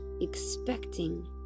expecting